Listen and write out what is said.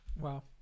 Wow